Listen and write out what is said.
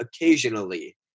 occasionally